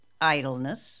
idleness